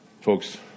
Folks